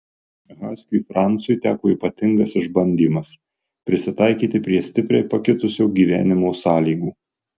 haskiui francui teko ypatingas išbandymas prisitaikyti prie stipriai pakitusio gyvenimo sąlygų